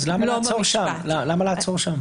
למה לעצור שם?